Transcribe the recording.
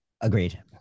Agreed